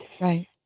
Right